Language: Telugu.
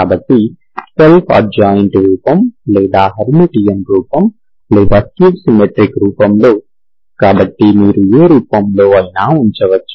కాబట్టి సెల్ఫ్ అడ్జాయింట్ రూపం లేదా హెర్మిటియన్ రూపం లేదా స్క్యూ సిమెట్రిక్ రూపంలో కాబట్టి మీరు ఏ రూపంలో అయినా ఉంచవచ్చు